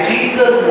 Jesus